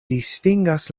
distingas